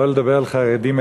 לא לדבר על חרדים,